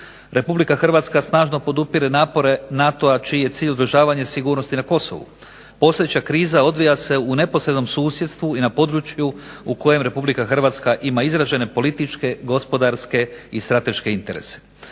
Republika Hrvatska snažno podupire napore NATO-a čiji je cilj održavanje sigurnosti na Kosovu. Postojeća kriza odvija se u neposrednom susjedstvu i na području u kojem Republika Hrvatska ima izražene političke, gospodarske i strateške interese.